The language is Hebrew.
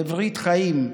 בברית חיים,